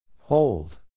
Hold